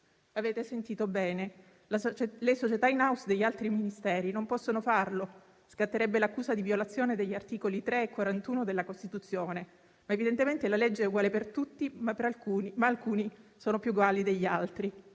Avete sentito bene: le società *in house* degli altri Ministeri non possono farlo, scatterebbe l'accusa di violazione degli articoli 3 e 41 della Costituzione. Evidentemente la legge è uguale per tutti, ma alcuni sono più uguali degli altri.